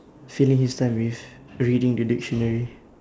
filling his time with reading the dictionary